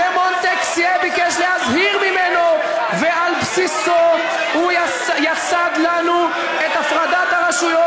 שמונטסקיה ביקש להזהיר ממנה ועל בסיסה הוא יסד לנו את הפרדת הרשויות,